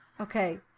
Okay